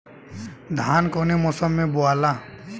धान कौने मौसम मे बोआला?